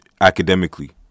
academically